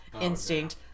instinct